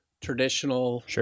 traditional